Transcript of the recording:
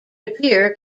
appear